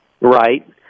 Right